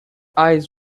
eyes